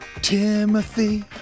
Timothy